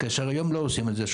כאשר היום לא עושים את זה.